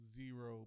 zero